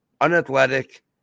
unathletic